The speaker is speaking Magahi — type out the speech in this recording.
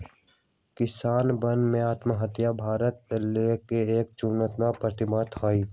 किसानवन के आत्महत्या भारत ला एक चुनौतीपूर्ण परिस्थिति हई